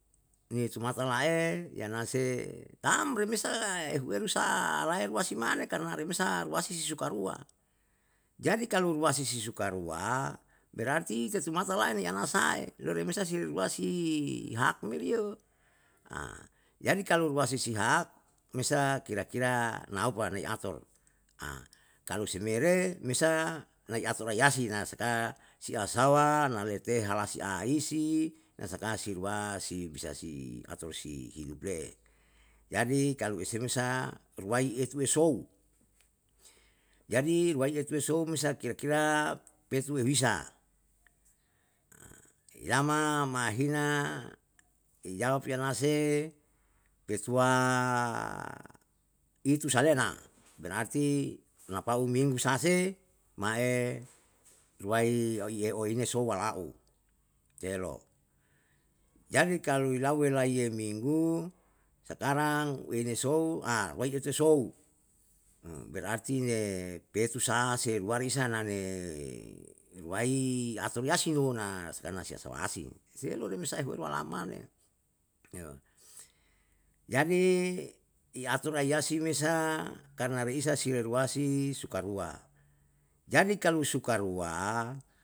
Niye tumata la'e, yanase tam remesa ehueru sa, lahe ruasi mane karna remesa ruasi su suka rua, jadi kalu ruasi suka rua, berarti tetumata lai ni ana sae, lo remesa si ruasi hak meri yo, jadi kalu ruasi si hak, me sa kira kira naupa nai ator, kalu se mere, mesa nai ator ayasi na saka si asawa na lete halasi aisi, na saka sirua si bisa si ator si hidup le'e. Jadi kalu eseme sa ruai etuwe sou, jadi ruai etuwe ei sou me sa kira kira petu remesa, yama mahina yama fiana se, petua itu salena, berarti napau menu sa se, ma'e luai au iyeo inai souwala'o, elo. Jadi kalu ilau elaiye minggu, sakarang wenesou waitete sou, berarti ne petu saha se luwarisa na ne, ruai ator yanino na saka na si asawasin, selo remesa hualama ne niyo. Jadi, iatur ai yasin me sa karna reisa si ruasi suka rua, jadi kalu suka rua